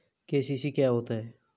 KCC क्या होता है?